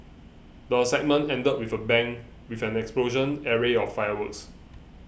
the segment ended with a bang with an explosive array of fireworks